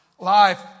Life